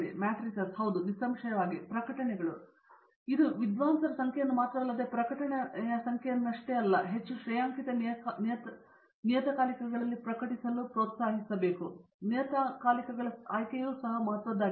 matrices ಹೌದು ನಿಸ್ಸಂಶಯವಾಗಿ ಪ್ರಕಟಣೆಗಳು ನಾವು ಈ ವಿದ್ವಾಂಸರ ಸಂಖ್ಯೆಯನ್ನು ಮಾತ್ರವಲ್ಲದೆ ಪ್ರಕಟಣೆಯ ಸಂಖ್ಯೆಯಷ್ಟೇ ಅಲ್ಲದೆ ಹೆಚ್ಚು ಶ್ರೇಯಾಂಕಿತ ನಿಯತಕಾಲಿಕಗಳಲ್ಲಿ ಪ್ರಕಟಿಸಲು ಬಲವಾಗಿ ಪ್ರೋತ್ಸಾಹಿಸುತ್ತೇವೆ ಆದರೆ ನಿಯತಕಾಲಿಕಗಳ ಆಯ್ಕೆಯೂ ಸಹ ಮಹತ್ವದ್ದಾಗಿದೆ